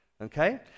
okay